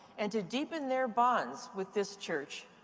and to deepen their bonds with this church.